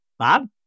Bob